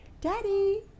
Daddy